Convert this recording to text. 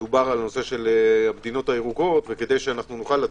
דובר על הנושא של המדינות הירוקות וכדי שנוכל לטוס,